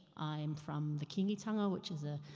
i'm from the kingy-tung-a which is a,